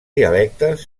dialectes